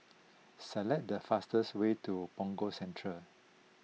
select the fastest way to Punggol Central